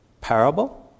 parable